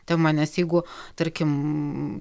tema nes jeigu tarkim